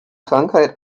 krankheit